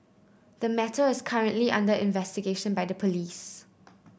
the matter is currently under investigation by the police